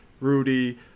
Rudy